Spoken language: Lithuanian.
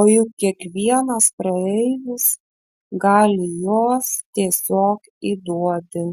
o juk kiekvienas praeivis gali juos tiesiog įduoti